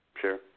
Sure